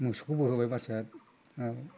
मोसौखौबो होबाय बासा मा